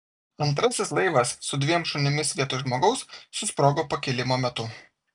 antrasis laivas su dviem šunimis vietoj žmogaus susprogo pakilimo metu